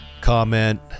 comment